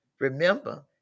Remember